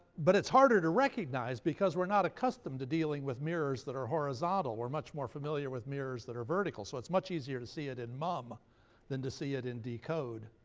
but it's harder to recognize because we're not accustomed to dealing with mirrors that are horizontal. we're much more familiar with mirrors that are vertical. so it's much easier to see it in mum than to see it in decode.